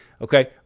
Okay